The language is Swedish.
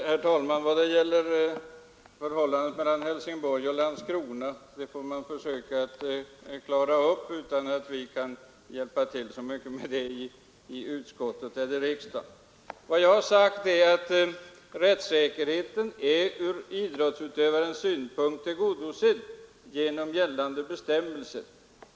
Herr talman! Förhållandet mellan Helsingborg och Landskrona får man försöka klara upp utan att vi hjälper till så mycket med det i kulturutskottet eller riksdagen i övrigt. Vad jag har sagt är att rättssäkerheten är ur idrottsutövarens synpunkt tillgodosedd genom gällande bestämmelser.